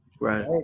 Right